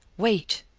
wait!